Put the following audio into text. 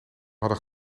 hadden